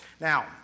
Now